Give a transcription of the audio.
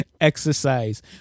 exercise